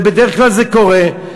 ובדרך כלל זה קורה,